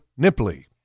nipply